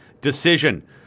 decision